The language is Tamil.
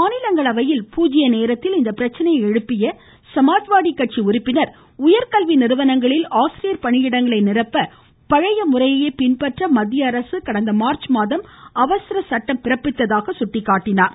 மாநிலங்களவையில் பூஜ்ய நேரத்தில் இப்பிரச்சினையை எழுப்பிய சமாஜ்வாடி கட்சி உறுப்பினர் உயர்கல்வி நிறுவனங்களில் ஆசிரியர் பணியிடங்களை நிரப்ப பழைய முறையையே பின்பற்ற மத்திய அரசு கடந்த மார்ச் மாதம் அவசர சட்டம் பிறப்பித்ததாக சுட்டிக்காட்டினார்